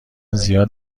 زیاد